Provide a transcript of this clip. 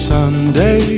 Sunday